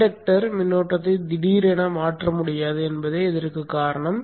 inductor மின்னோட்டத்தை திடீரென மாற்ற முடியாது என்பதே இதற்குக் காரணம்